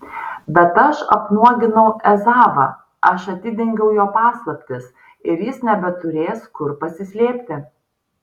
bet aš apnuoginau ezavą aš atidengiau jo paslaptis ir jis nebeturės kur pasislėpti